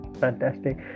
Fantastic